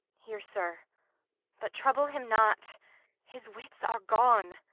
here, sir but trouble him not his wits are gone.